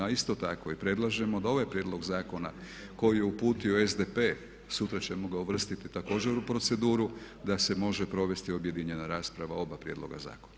A isto tako i predlažemo da ovaj prijedlog zakona koji je uputio SDP sutra ćemo ga uvrstiti također u proceduru, da se može provesti objedinjena rasprava oba prijedloga zakona.